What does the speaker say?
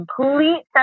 complete